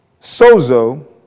sozo